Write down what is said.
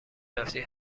رفتی